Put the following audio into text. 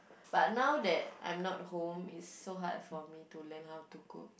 but now that I'm not home it's so hard for me to learn how to cook